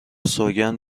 سوگند